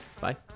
Bye